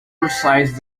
precise